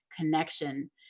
connection